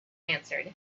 answered